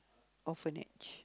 orphanage